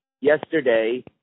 yesterday